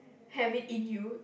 have it in you